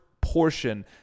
portion